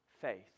faith